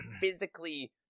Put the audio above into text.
physically